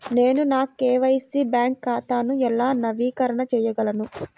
నేను నా KYC bank ఖాతాను ఎలా నవీకరణ చేయగలను?